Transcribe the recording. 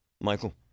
Michael